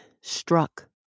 struck